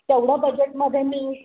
तेवढं बजेटमध्ये मी